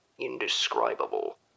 indescribable